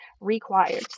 required